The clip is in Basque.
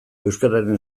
euskararen